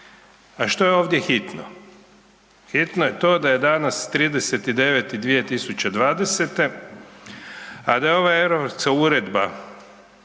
a što je ovdje hitno?, hitno je to da je danas 30.09.2020. a da je ova europska Uredba